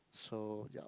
so ya